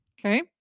Okay